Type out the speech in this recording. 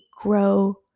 grow